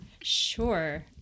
Sure